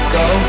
go